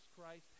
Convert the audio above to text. Christ